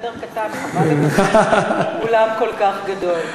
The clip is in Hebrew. בחדר קטן, חבל על אולם כל כך גדול,